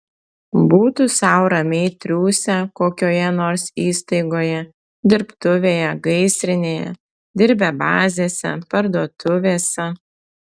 būtų sau ramiai triūsę kokioje nors įstaigoje dirbtuvėje gaisrinėje dirbę bazėse parduotuvėse